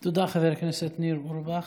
תודה, חבר הכנסת ניר אורבך.